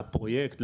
בפרויקט,